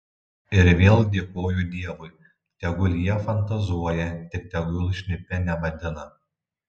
ir vėl dėkoju dievui tegul jie fantazuoja tik tegul šnipe nevadina